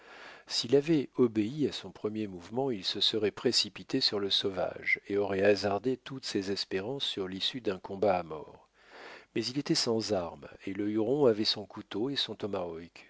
s'il avait obéi à son premier mouvement il se serait précipité sur le sauvage et aurait hasardé toutes ses espérances sur l'issue d'un combat à mort mais il était sans armes et le huron avait son couteau et